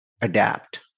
adapt